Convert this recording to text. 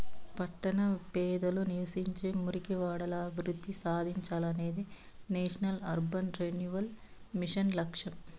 పట్టణ పేదలు నివసించే మురికివాడలు అభివృద్ధి సాధించాలనేదే నేషనల్ అర్బన్ రెన్యువల్ మిషన్ లక్ష్యం